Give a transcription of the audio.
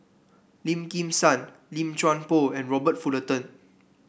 Lim Kim San Lim Chuan Poh and Robert Fullerton